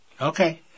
Okay